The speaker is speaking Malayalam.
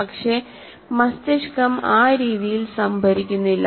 പക്ഷേ മസ്തിഷ്കം ആ രീതിയിൽ സംഭരിക്കുന്നില്ല